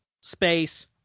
Space